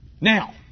Now